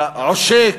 העושק,